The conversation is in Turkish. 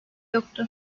yoktu